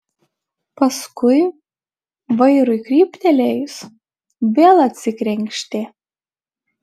paskui vairui kryptelėjus vėl atsikrenkštė